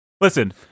Listen